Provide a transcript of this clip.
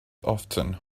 often